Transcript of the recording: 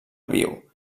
viu